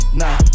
nah